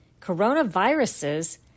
coronaviruses